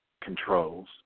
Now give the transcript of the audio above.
controls